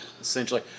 essentially